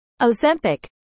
Ozempic